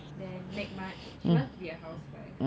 then mag marge she wanted to be a housewife